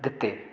ਦਿੱਤੇ